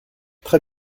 très